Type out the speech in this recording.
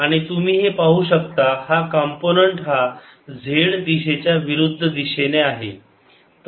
आणि तुम्ही हे पाहू शकता हा कॉम्पोनन्ट हा z दिशेच्या विरुद्ध दिशेने आहे